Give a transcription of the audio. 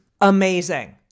amazing